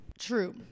true